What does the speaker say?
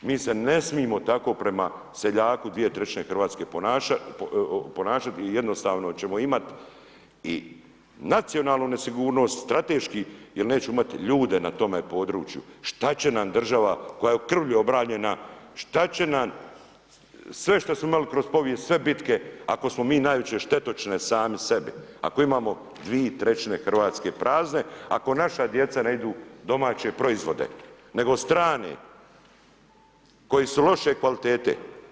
Mi se ne smijemo tako prema seljaku dvije trećine Hrvatske ponašati i jednostavno ćemo imati i nacionalnu nesigurnost, strateški jer nećemo imati ljude na tome području šta će nam država koja je krvlju obranjena, šta će nam sve što smo imali kroz povijest, sve bitke ako smo mi najveće štetočine sami sebi, ako imamo dvije trećine Hrvatske prazne, ako naša djeca ne jedu domaće proizvode nego strane koji su loše kvalitete.